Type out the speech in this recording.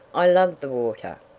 i love the water.